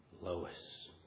Lois